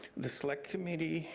the select committee,